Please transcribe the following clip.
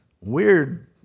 Weird